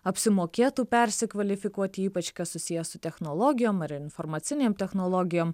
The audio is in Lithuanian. apsimokėtų persikvalifikuoti ypač kas susiję su technologijom ar informacinėm technologijom